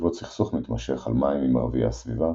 בעקבות סכסוך מתמשך על מים עם ערביי הסביבה,